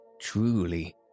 Truly